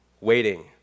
waiting